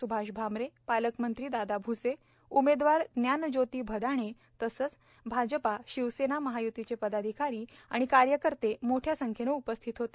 स्भाष भामरे पालकमंत्री दादा भ्से उमेदवार ज्ञानज्योती भदाणे तसंच भाजप शिवसेना महायूतीचे पदाधिकारी आणि कार्यकर्ते मोठ्या संख्येने उपस्थित होते